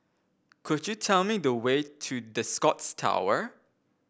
could you tell me the way to The Scotts Tower